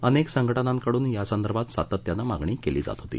अनेक संघटनांकडून यासंदर्भात सातत्यानं मागणी केली जात होती